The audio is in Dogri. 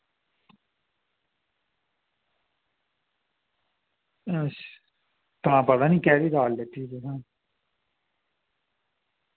अच्छ तां पता नी कैह्दी दाल लेती तुसैं